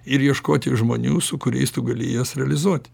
ir ieškoti žmonių su kuriais tu gali jas realizuoti